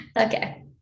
Okay